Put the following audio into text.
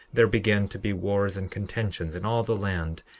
there began to be wars and contentions in all the land,